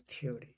theory